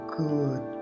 good